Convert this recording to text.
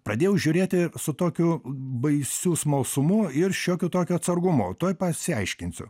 pradėjau žiūrėti su tokiu baisiu smalsumu ir šiokiu tokiu atsargumu tuoj pasiaiškinsiu